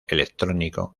electrónico